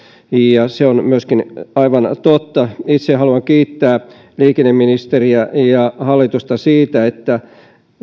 ja se on myöskin aivan totta itse haluan kiittää liikenneministeriä ja hallitusta siitä että